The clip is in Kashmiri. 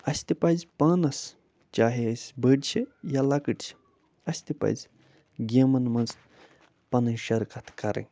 اَسہِ تہِ پَزِ پانَس چاہے أسۍ بٔڑۍ چھِ یا لۄکٕٹۍ چھِ اَسہِ تہِ پَزِ گیمَن منٛز پَنٕنۍ شرکَت کَرٕنۍ